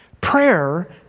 Prayer